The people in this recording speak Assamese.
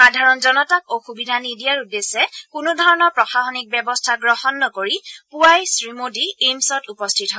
সাধাৰণ জনতাক অসুবিধা নিদিয়াৰ উদ্দেশ্যে কোনো ধৰণৰ প্ৰশাসনিক ব্যৱস্থা গ্ৰহণ নকৰি পুৱাই শ্ৰীমোদী এইমছত উপস্থিত হয়